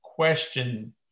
Question